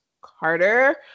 Carter